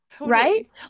Right